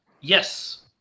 Yes